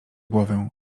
głowę